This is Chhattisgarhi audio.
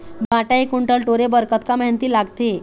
भांटा एक कुन्टल टोरे बर कतका मेहनती लागथे?